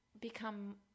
become –